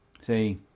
see